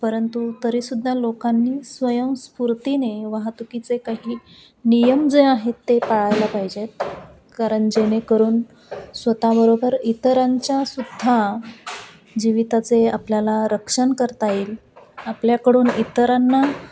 परंतु तरीसुद्धा लोकांनी स्वयंस्फूर्तीने वाहतुकीचे काही नियम जे आहेत ते पाळायला पाहिजेत कारण जेणेकरून स्वतःबरोबर इतरांच्या सुद्धा जिविताचे आपल्याला रक्षण करता येईल आपल्याकडून इतरांना